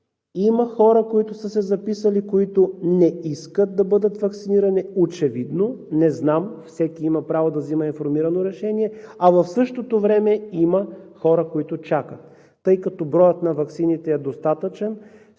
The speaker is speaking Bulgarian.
има хора, които са се записали, които не искат да бъдат ваксинирани очевидно, всеки има право да взима информирано решение, а в същото време има хора, които чакат. Тъй като броят на ваксините е достатъчен,